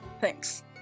Thanks